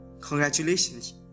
Congratulations